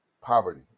poverty